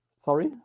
Sorry